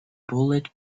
bullet